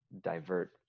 divert